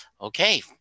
okay